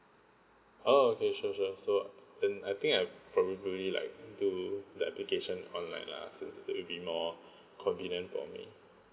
oh okay sure sure so and I I think I probably like do the application online lah since it will be more convenient for me